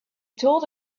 told